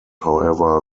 however